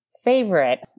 favorite